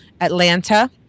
Atlanta